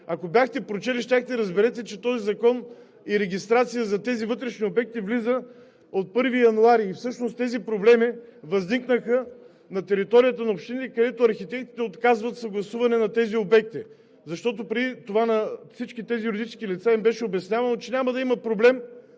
ако бяхте прочели, щяхте да разберете, че този закон и регистрацията за тези вътрешни обекти влиза от 1 януари и всъщност тези проблеми възникнаха на територията на общини, където архитектите отказват съгласуване на тези обекти. Защото преди това на всички тези юридически лица им беше обяснявано, че няма да има проблем